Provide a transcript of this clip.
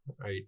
right